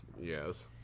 Yes